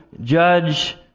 judge